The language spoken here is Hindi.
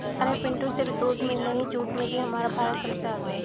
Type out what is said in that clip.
अरे पिंटू सिर्फ दूध में नहीं जूट में भी हमारा भारत सबसे आगे हैं